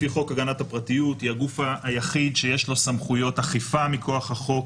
לפי חוק הגנת הפרטיות היא הגוף היחיד שיש לו סמכויות אכיפה מכוח החוק,